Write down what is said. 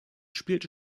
spielte